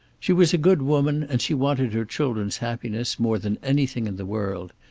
she was a good woman, and she wanted her children's happiness more than anything in the world,